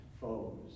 foes